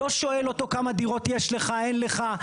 לא שואל אותו כמה דירות יש לך, אין לך.